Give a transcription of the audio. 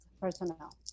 personnel